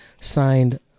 signed